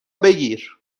بگیر